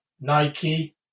Nike